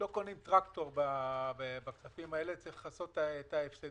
לא קונים טרקטור בכספים האלה כשצריך לכסות את ההפסדים